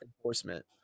enforcement